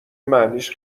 معنیش